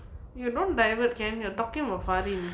you don't divert can you talk about faryn